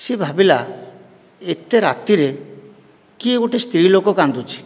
ସେ ଭାବିଲା ଏତେ ରାତିରେ କିଏ ଗୋଟିଏ ସ୍ତ୍ରୀ ଲୋକ କାନ୍ଦୁଛି